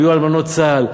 היו אלמנות צה"ל,